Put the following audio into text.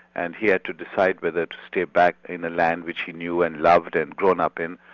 and he had to decide whether to stay back in the land which he knew and loved and grown up in,